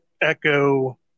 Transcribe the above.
Echo